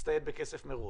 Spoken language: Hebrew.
הצטייד בכסף מראש.